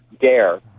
dare